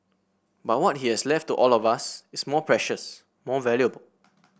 but what he has left to all of us is more precious more valuable